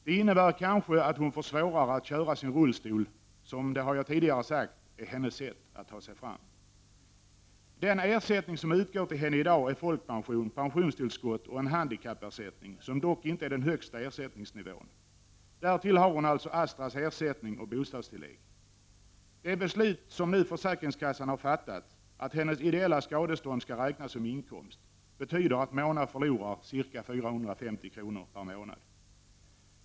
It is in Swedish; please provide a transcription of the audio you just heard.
Det innebär kanske att hon får svårare att köra sin rullstol som — det har jag tidigare sagt — är hennes sätt att ta sig fram. Den ersättning som utgår till henne i dag är folkpension, pensionstillskott och en handikappersättning, som dock inte är den högsta ersättningsnivån. Därtill har hon alltså Astras ersättning och bostadstillägg. Det beslut som försäkringskassan nu har fattat, att hennes ideella skadestånd skall räknas som inkomst, betyder att Mona förlorar ca 450 kr. per månad.